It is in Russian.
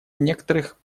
некоторых